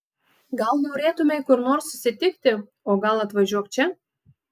gal norėtumei kur nors susitikti o gal atvažiuok čia